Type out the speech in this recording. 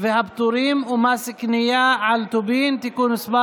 והפטורים ומס קנייה על טובין (תיקון מס'